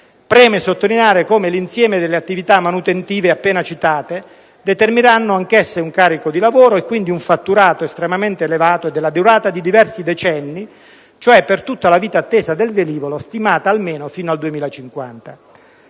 Preme sottolineare come l'insieme delle attività manutentive appena citate determinerà anch'esso un carico di lavoro e quindi un fatturato estremamente elevato della durata di diversi decenni, cioè per tutta la vita attesa del velivolo, stimata almeno fino al 2050.